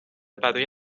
برای